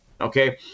okay